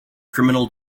criminal